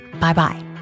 Bye-bye